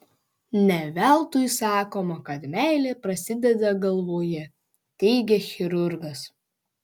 ne veltui sakoma kad meilė prasideda galvoje teigia chirurgas